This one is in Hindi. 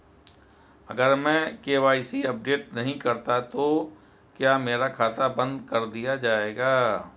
अगर मैं के.वाई.सी अपडेट नहीं करता तो क्या मेरा खाता बंद कर दिया जाएगा?